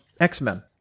X-Men